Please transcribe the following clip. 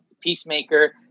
peacemaker